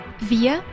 Wir